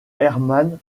hermann